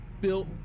built